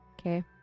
Okay